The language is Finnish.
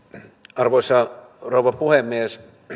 arvoisa rouva puhemies